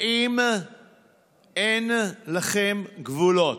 האם אין לכם גבולות?